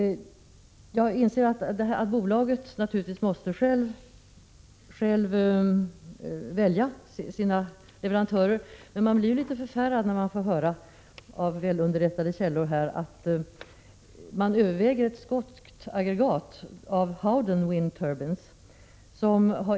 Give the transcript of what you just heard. Jag inser att bolaget självt måste få välja sina leverantörer. Men jag blir ju litet förfärad när jag får höra av välunderrättade källor att man överväger ett skotskt aggregat från Howden Wind Turbines.